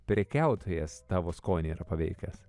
prekiautojas tavo skonį yra paveikęs